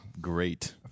great